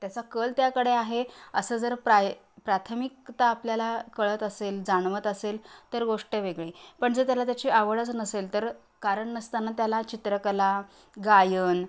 त्याचा कल त्याकडे आहे असं जर प्राय प्राथमिकता आपल्याला कळत असेल जाणवत असेल तर गोष्ट वेगळी पण जर त्याला त्याची आवडच नसेल तर कारण नसताना त्याला चित्रकला गायन